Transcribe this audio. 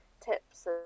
tips